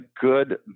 good